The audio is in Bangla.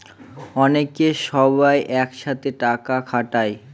অনেকে সবাই এক সাথে টাকা খাটায়